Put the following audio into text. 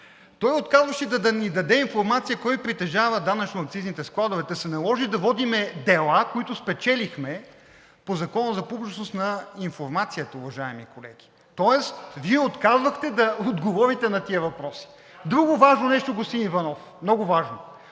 той отказваше да ни даде информация кой притежава данъчно-акцизните складове, та се наложи да водим дела, които спечелихме по Закона за публичност на информацията, уважаеми колеги, тоест Вие отказахте да отговорите на тези въпроси. Друго важно нещо, господин Иванов – много важно.